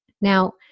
now